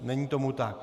Není tomu tak.